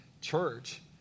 church